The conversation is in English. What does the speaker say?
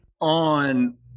on